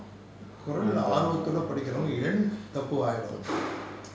குறள்ல ஆர்வத்தோட படிக்கிறவங்க என் தப்பு ஆகிடும்:kuralla aarvathoda padikkiravanka en thappu aagidum